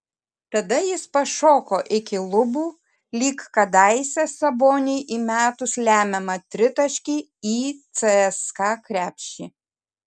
tada jis pašoko iki lubų lyg kadaise saboniui įmetus lemiamą tritaškį į cska krepšį